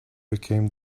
became